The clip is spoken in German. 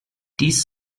dies